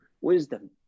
Wisdom